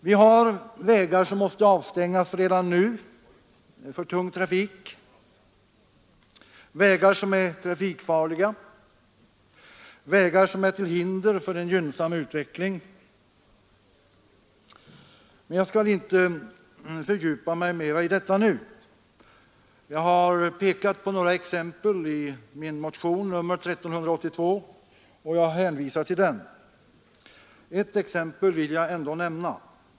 Vi har vägar som redan nu måste avstängas för tung trafik, vägar som är trafikfarliga, vägar som är till hinder för en gynnsam utveckling — men jag skall inte fördjupa mig mera i detta. Jag har pekat på några exempel i min motion nr 1382, och jag hänvisar till den. Ett exempel vill jag ändå nämna.